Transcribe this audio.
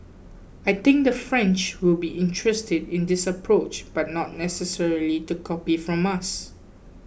I think the French will be interested in this approach but not necessarily to copy from us